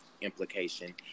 implication